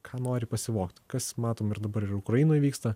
ką nori pasivogti kas matom ir dabar ir ukrainoj vyksta